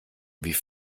wie